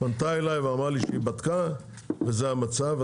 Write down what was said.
פנתה אליי ואמרה לי שהיא בדקה וזה המצב.